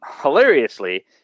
Hilariously